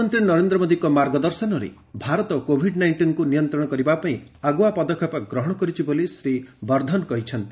ପ୍ରଧାନମନ୍ତ୍ରୀ ନରେନ୍ଦ୍ର ମୋଦିଙ୍କ ମାର୍ଗଦର୍ଶନରେ ଭାରତ କୋଭିଡ୍ ନାଇଷିନ୍କୁ ନିୟନ୍ତ୍ରଣ କରିବା ପାଇଁ ଆଗୁଆ ପଦକ୍ଷେପ ଗ୍ରହଣ କରିଛି ବୋଲି ଡକ୍ଟର ବର୍ଦ୍ଧନ କହିଛନ୍ତି